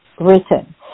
written